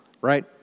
Right